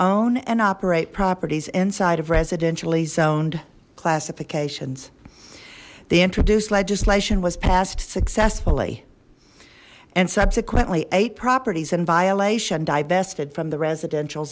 own and operate properties inside of residentially zoned classifications the introduced legislation was passed successfully and subsequently eight properties in violation divested from the residential